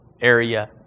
area